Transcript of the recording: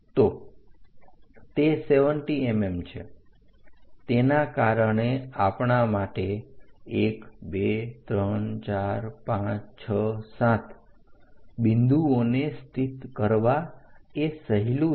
તો તે 70 mm છે તેના કારણે આપણા માટે 1234567 બિંદુઓને સ્થિત કરવા એ સહેલું છે